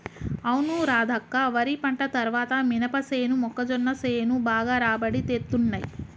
అవును రాధక్క వరి పంట తర్వాత మినపసేను మొక్కజొన్న సేను బాగా రాబడి తేత్తున్నయ్